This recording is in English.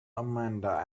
amanda